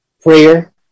prayer